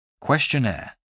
questionnaire